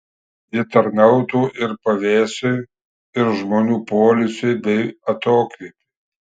ji tarnautų ir pavėsiui ir žmonių poilsiui bei atokvėpiui